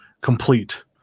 complete